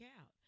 out